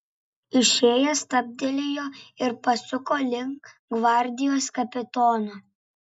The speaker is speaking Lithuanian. išėjęs stabtelėjo ir pasuko link gvardijos kapitono